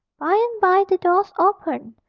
by-and-by the doors opened,